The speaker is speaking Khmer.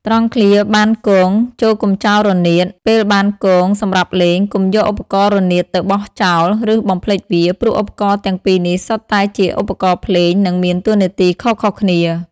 ត្រង់ឃ្លា បានគង ចូរកុំចោលរនាត ពេលបានគងសម្រាប់លេង កុំយកឧបករណ៍រនាតទៅបោះចោល ឬបំភ្លេចវា ព្រោះឧបករណ៍ទាំងពីរនេះសុទ្ធតែជាឧបករណ៍ភ្លេង និងមានតួនាទីខុសៗគ្នា។